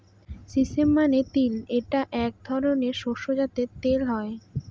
sesame মানে তিল এটা এক ধরনের শস্য যাতে তেল হয়